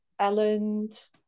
Elland